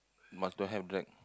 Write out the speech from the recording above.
must don't have drag